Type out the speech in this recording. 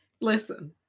listen